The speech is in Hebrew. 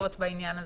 תשובות בעניין הזה?